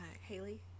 Haley